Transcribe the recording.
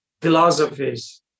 philosophies